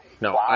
No